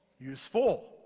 Useful